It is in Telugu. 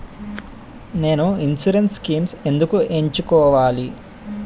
నేను ఇన్సురెన్స్ స్కీమ్స్ ఎందుకు ఎంచుకోవాలి?